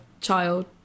child